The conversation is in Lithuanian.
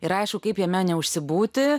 ir aišku kaip jame neužsibūti